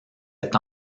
est